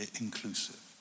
inclusive